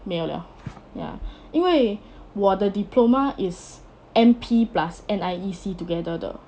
没有了 ya 因为我 diploma is N_P plus N_I_E_C together 的